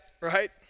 right